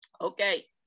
Okay